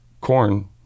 corn